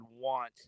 want